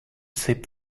sip